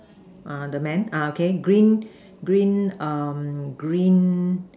uh the man uh okay green green um green